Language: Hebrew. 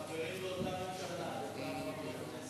אדוני יושב-ראש הכנסת, אדוני השר,